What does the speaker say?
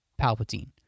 Palpatine